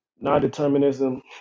non-determinism